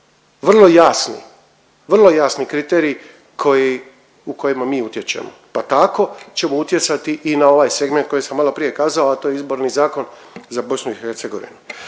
vrlo jasni kriteriji u kojima mi utječemo pa tako ćemo utjecati i na ovaj segment koji sam maloprije kazao, a to je izborni zakon za BiH.